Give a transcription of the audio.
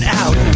out